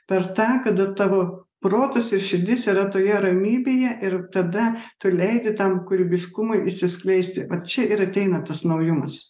per tą kada tavo protas ir širdis yra toje ramybėje ir tada tu leidi tam kūrybiškumui išsiskleisti vat čia ir ateina tas naujumas